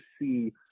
see